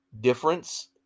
difference